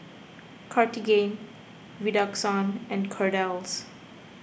Cartigain Redoxon and Kordel's